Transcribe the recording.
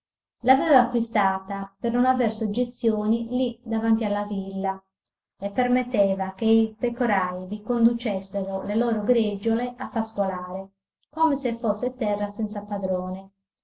l'aveva acquistata per non aver soggezioni lì davanti alla villa e permetteva che i pecoraj vi conducessero le loro greggiole a pascolare come se fosse terra senza padrone